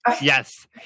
Yes